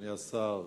אדוני השר,